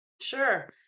Sure